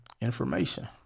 Information